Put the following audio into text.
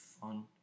fun